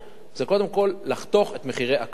קודם כול, לחתוך את מחירי הקרקע.